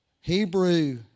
Hebrew